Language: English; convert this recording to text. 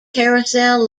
carousel